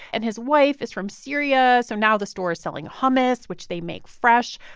and his wife is from syria. so now the store is selling hummus, which they make fresh.